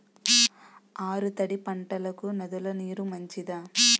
ఆరు తడి పంటలకు నదుల నీరు మంచిదా?